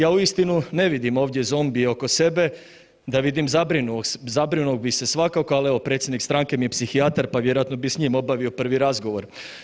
Ja uistinu ne vidim ovdje zombije oko sebe, da vidim zabrinuo bih se svakako, ali evo predsjednik stranke mi je psihijatar, pa vjerojatno bi s njim obavio prvi razgovor.